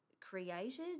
created